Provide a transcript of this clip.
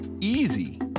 easy